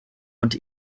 und